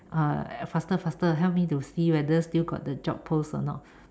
uh faster faster help me to see whether still got the job post or not